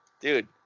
Dude